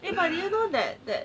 eh but did you know that that